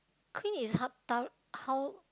clean is how tho~ how